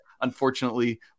unfortunately